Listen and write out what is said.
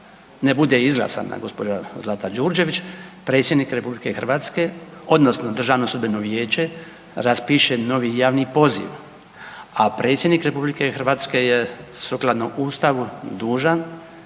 ne bude izglasana gospođa Zlata Đurđević, predsjednik RH odnosno Državno sudbeno vijeće raspiše novi javni poziv, a predsjednik RH je sukladno Ustavu dužan